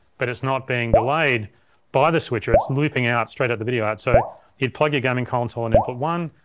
but it's not being delayed by the switcher, it's looping out straight out the video out so you'd plug your gaming console in input one,